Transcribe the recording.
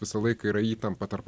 visą laiką yra įtampa tarp